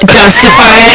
justify